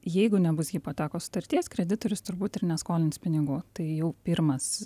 jeigu nebus hipotekos sutarties kreditorius turbūt ir neskolins pinigų tai jau pirmas